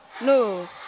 No